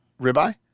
Ribeye